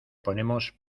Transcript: ponemos